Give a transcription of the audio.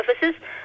services